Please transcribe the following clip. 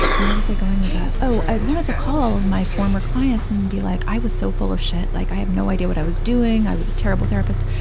where was i going with that? oh, i wanted to call my former clients and be like, i was so full of shit, like, i have no idea what i was doing. i was a terrible therapist.